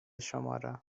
شمارو